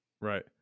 Right